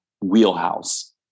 wheelhouse